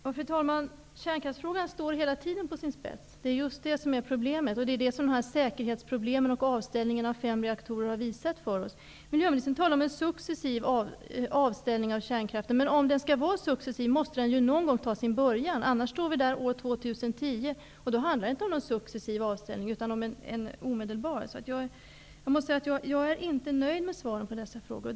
Fru talman! Kärnkraftsfrågan står hela tiden på sin spets -- det är just det som är problemet. Det är det som säkerhetsproblemen och avställningen av fem reaktorer har visat. Miljöministern talar om en successiv avställning av kärnkraften. Men om den skall vara successiv måste den någon gång ta sin början -- annars står vi där år 2010, och då handlar det inte om någon successiv avställning utan om en omedelbar avställning. Jag är inte nöjd med svaren på dessa frågor.